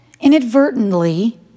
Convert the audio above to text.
inadvertently